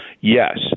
Yes